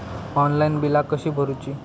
Online बिला कशी भरूची?